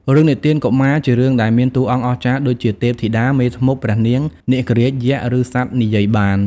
រឿងនិទានកុមារជារឿងដែលមានតួអង្គ អស្ចារ្យ ដូចជា ទេពធីតា មេធ្មប់ ព្រះនាង នាគរាជ យក្ស ឬសត្វនិយាយបាន ។